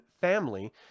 family